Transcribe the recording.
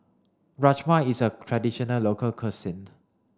Rajma is a traditional local cuisine